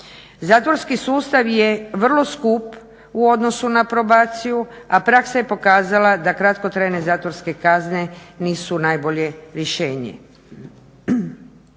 Zatvorski sustav je vrlo skup u odnosu na probaciju a praksa je pokazala da kratkotrajne zatvorske kazne nisu najbolje rješenje.